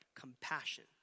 Compassion